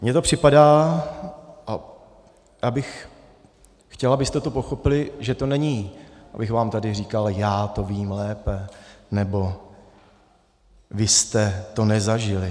Mně to připadá, a já bych chtěl, abyste to pochopili, že to není, abych vám tady říkal: já to vím lépe, nebo vy jste to nezažili.